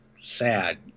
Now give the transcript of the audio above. sad